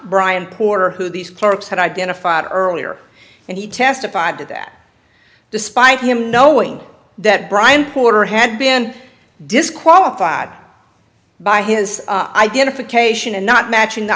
bryan porter who these clerks had identified earlier and he testified to that despite him knowing that brian porter had been disqualified by his i didn't occasion and not matching the